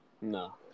No